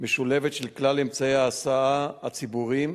משולבת של כלל אמצעי ההסעה הציבוריים.